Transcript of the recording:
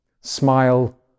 smile